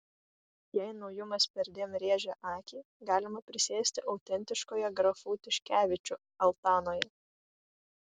jei naujumas perdėm rėžia akį galima prisėsti autentiškoje grafų tiškevičių altanoje